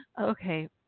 Okay